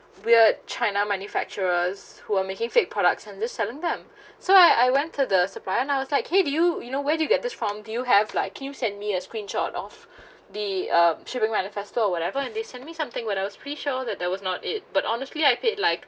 weird china manufacturers who are making fake products and just selling them so I I went to the supplier and I was like !hey! do you you know where do you get this from do you have like can you send me a screenshot of the um shipping manufacture or whatever and they sent me something when I pretty sure that that was not it but honestly I paid like